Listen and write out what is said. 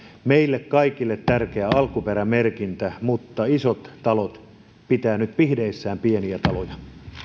meille kaikille tärkeä alkuperämerkintä mutta isot talot pitävät nyt pihdeissään pieniä taloja